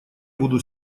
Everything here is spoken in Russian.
буду